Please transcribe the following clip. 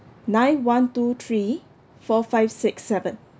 nine one two three four five six seven